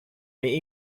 may